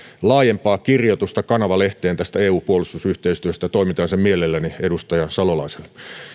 laajempaa kirjoitusta kanava lehteen tästä eu puolustusyhteistyöstä toimitan sen mielelläni edustaja salolaiselle